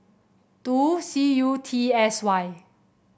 two C U T S Y